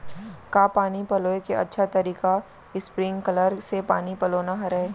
का पानी पलोय के अच्छा तरीका स्प्रिंगकलर से पानी पलोना हरय?